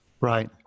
Right